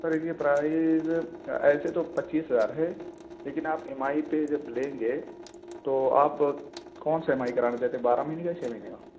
سر یہ پرائز ایسے تو پچیس ہزار ہے لیکن آپ ایم آئی پہ جب لیں گے تو آپ کون سا ایم آئی کرانا چاہتے ہیں بارہ مہینے کا یا چھ مہینے کا